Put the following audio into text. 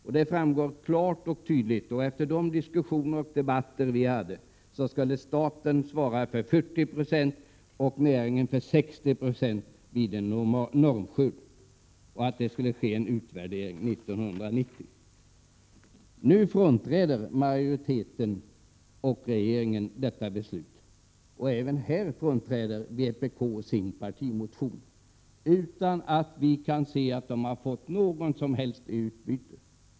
Vid de diskussioner och debatter vi hade framgick klart och tydligt att staten skulle svara för 40 96 och näringen för 60 96 av en normskörd. En utvärdering skulle ske 1990. Nu frånträder majoriteten och regeringen detta beslut, och även här frånträder vpk sin partimotion utan att vi kan se att de fått något som helst i utbyte.